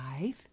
life